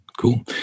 Cool